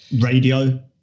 radio